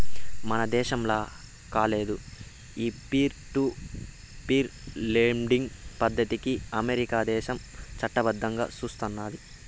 మన దేశంల కాదులే, ఈ పీర్ టు పీర్ లెండింగ్ పద్దతికి అమెరికా దేశం చట్టబద్దంగా సూస్తున్నాది